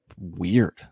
weird